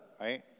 right